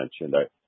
mentioned